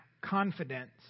confidence